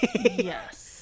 Yes